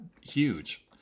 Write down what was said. huge